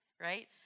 right